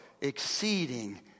exceeding